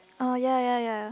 oh ya ya ya